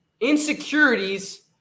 Insecurities